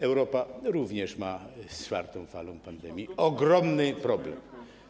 Europa również ma z czwartą falą pandemii ogromny problem.